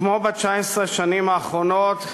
כמו ב-19 השנים האחרונות,